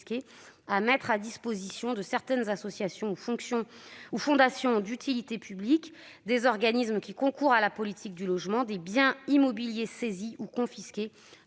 à mettre à disposition de certaines associations ou fondations d'utilité publique ou à des organismes qui concourent à la politique du logement des biens immobiliers saisis ou confisqués